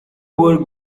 wore